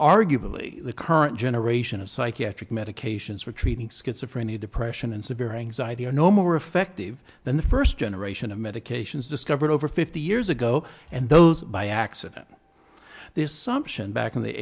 arguably the current generation of psychiatric medications for treating schizophrenia depression and severe anxiety are no more effective than the first generation of medications discovered over fifty years ago and those by accident this sumption back in the